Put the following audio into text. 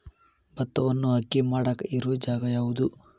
ಭತ್ತವನ್ನು ಅಕ್ಕಿ ಮಾಡಾಕ ಇರು ಜಾಗ ಯಾವುದು?